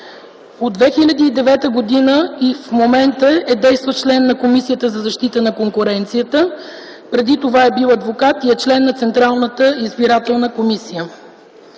От 2009 г. и в момента е действащ член в Комисията за защита на конкуренцията. Преди това е бил адвокат и член на Централната избирателна комисия.